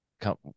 come